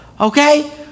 okay